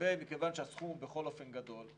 מכיוון שהסכום בכל אופן גדול,